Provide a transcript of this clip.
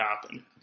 happen